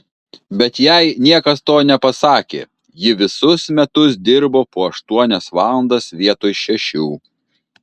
bet jai niekas to nepasakė ji visus metus dirbo po aštuonias valandas vietoj šešių